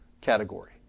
category